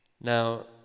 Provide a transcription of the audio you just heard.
Now